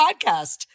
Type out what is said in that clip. podcast